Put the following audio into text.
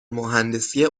مهندسی